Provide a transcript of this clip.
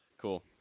cool